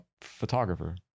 photographer